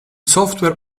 software